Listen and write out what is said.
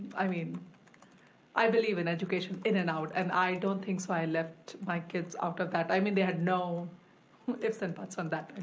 i mean i believe in education in and out, and i don't think so i left my kids out of that. i mean they had no ifs and buts on that.